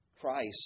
Christ